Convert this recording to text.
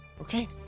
Okay